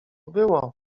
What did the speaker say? było